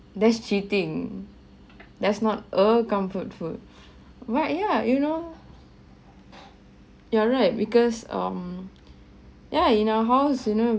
that's cheating that's not a comfort food but yeah you know you're right because um yeah in our house you know